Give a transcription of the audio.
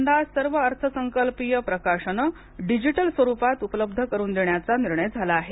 यंदा सर्व अर्थसंकल्पीय प्रकाशनं डिजीटल स्वरुपात उपलब्ध करुन देण्याचा निर्णय झाला आहे